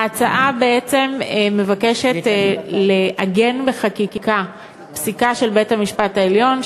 ההצעה בעצם מבקשת לעגן בחקיקה פסיקה של בית-המשפט העליון,